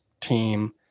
team